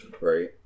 Right